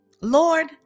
Lord